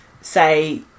say